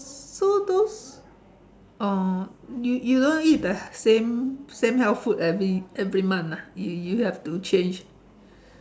so those uh you you don't eat the same same health food every every month ah you you have to change